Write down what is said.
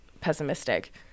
pessimistic